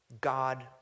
God